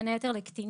בין היתר לקטינים,